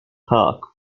park